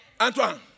Antoine